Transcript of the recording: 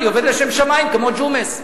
אני עובד לשם שמים, כמו ג'ומס.